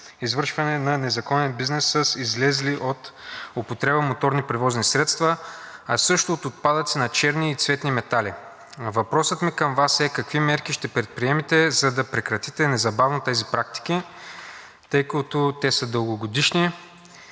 извършване на незаконен бизнес с излезли от употреба моторни превозни средства, а също и от отпадъци на черни и цветни метали. Въпросът ми към Вас е: какви мерки ще предприемете, за да прекратите незабавно тези практики, тъй като те са дългогодишни